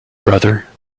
brother